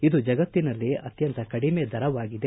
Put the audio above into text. ಇದು ಜಗತ್ತಿನಲ್ಲೇ ಅತ್ಯಂತ ಕಡಿಮೆ ದರವಾಗಿದೆ